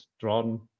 drawn